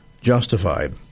justified